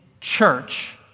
church